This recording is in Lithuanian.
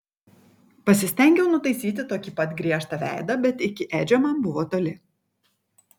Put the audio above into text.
pasistengiau nutaisyti tokį pat griežtą veidą bet iki edžio man buvo toli